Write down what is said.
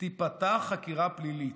תיפתח חקירה פלילית,